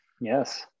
Yes